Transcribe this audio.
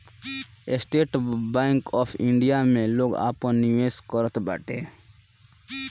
estate Bank of India में लोग आपन निवेश करत बाटे